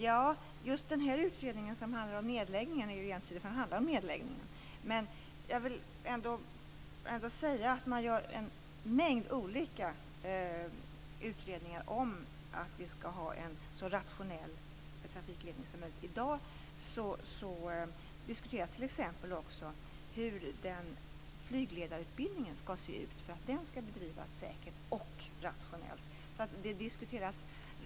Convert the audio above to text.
Ja, den utredning som handlar om nedläggningen är ensidig, eftersom den handlar just om nedläggningen, men jag vill ändå säga att det görs en mängd olika utredningar för att vi skall få en så rationell trafikledning som möjligt. I dag diskuteras t.ex. hur flygledarutbildningen skall se ut för att bedrivas säkert och rationellt.